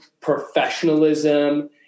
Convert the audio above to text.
professionalism